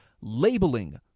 labeling